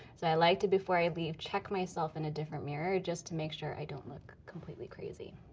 so i like to before i leave check myself in a different mirror just to make sure i don't look completely crazy.